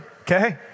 okay